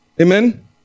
Amen